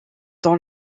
dans